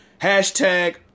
hashtag